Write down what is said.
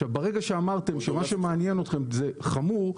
ברגע שאמרתם שמה שמעניין אתכם זה חמור,